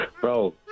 Bro